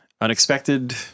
unexpected